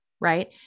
right